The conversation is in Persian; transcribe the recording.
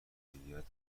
مدیریت